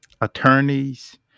attorneys